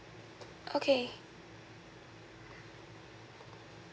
okay